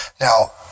Now